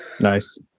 Nice